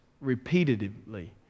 repeatedly